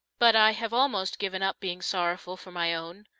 but i have almost given up being sorrowful for my own.